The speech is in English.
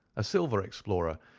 a silver explorer,